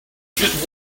just